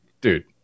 dude